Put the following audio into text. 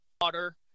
Water